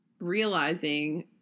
realizing